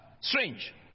strange